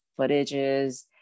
footages